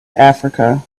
africa